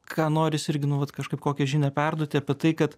ką noris irgi nu vat kažkaip kokią žinią perduoti apie tai kad